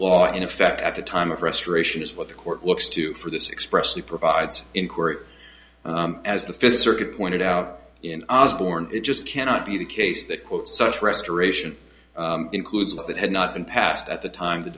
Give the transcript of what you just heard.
law in effect at the time of restoration is what the court looks to for this express the provides in court as the fifth circuit pointed out in us born it just cannot be the case that quote such restoration includes that had not been passed at the time the